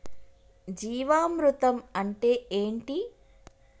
జీవామృతం అంటే ఏంటి?